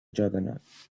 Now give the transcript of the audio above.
juggernaut